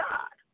God